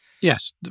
Yes